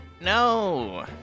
No